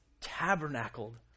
tabernacled